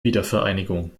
wiedervereinigung